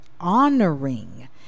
honoring